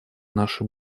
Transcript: наше